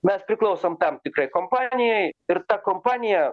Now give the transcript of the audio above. mes priklausom tam tikrai kompanijai ir ta kompanija